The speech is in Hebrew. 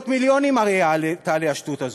מאות מיליונים הרי תעלה השטות הזאת.